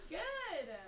good